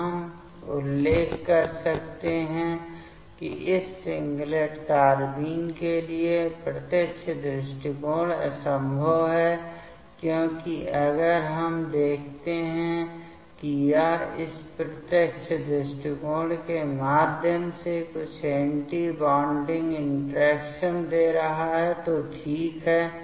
तो यहाँ हम उल्लेख कर सकते हैं कि इस सिंगलेट कार्बाइन के लिए प्रत्यक्ष दृष्टिकोण असंभव है क्योंकि अगर हम देखते हैं कि यह इस प्रत्यक्ष दृष्टिकोण के माध्यम से कुछ एंटी बॉन्डिंग इंटरैक्शन दे रहा है तो ठीक है